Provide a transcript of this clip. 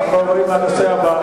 אנחנו עוברים לנושא הבא.